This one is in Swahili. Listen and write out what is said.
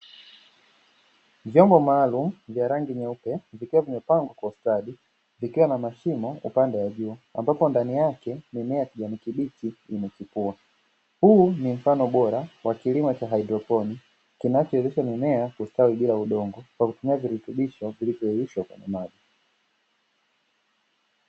Vyombo maalumu vya rangi nyeupe, vikiwa vimepangwa kwa ustadi; vikiwa na mashimo upande wa juu ambapo ndani yake mimea ya kijani kibichi imechipua. Huu ni mfano bora wa kilimo cha haidroponi, kinachowezesha mimea kustawi bila udongo kwa kutumia virutubisho vilivyoyeyushwa kwenye maji.